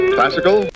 Classical